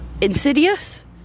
insidious